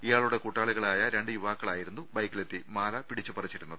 ഇയാളുടെ കൂട്ടാളികളായ രണ്ടു യുവാക്കളായിരുന്നു ബൈക്കി ലെത്തി മാല പിടിച്ചു പറിച്ചിരുന്നത്